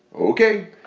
ok.